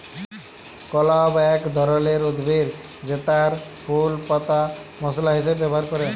clove এক ধরলের উদ্ভিদ জেতার ফুল পাতা মশলা হিসাবে ব্যবহার ক্যরে